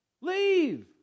Leave